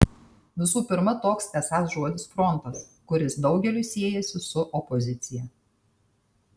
visų pirma toks esąs žodis frontas kuris daugeliui siejasi su opozicija